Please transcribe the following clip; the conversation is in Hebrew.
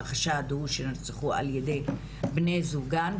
החשד הוא שנרצחו על-ידי בני זוגן,